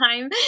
time